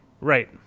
right